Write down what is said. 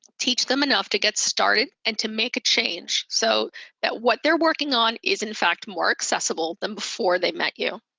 teach them enough to get started and to make a change so that what they're working on is, in fact, more accessible than before they met you.